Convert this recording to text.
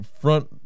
front